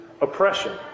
Oppression